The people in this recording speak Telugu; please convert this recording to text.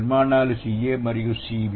నిర్మాణాలు Ca మరియు Cb